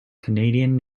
canadian